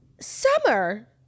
Summer